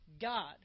God